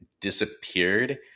disappeared